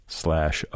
slash